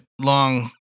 long